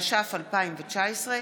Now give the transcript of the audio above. התש"ף 2019,